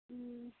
ம்